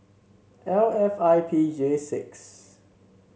L F I P J six